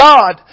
God